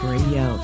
Radio